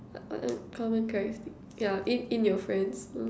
what what uncommon characteristic ya in in your friends mm